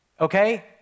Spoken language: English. Okay